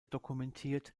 dokumentiert